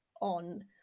on